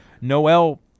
Noel